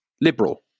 liberal